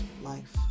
life